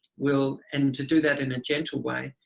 will. and to do that in a gentle way,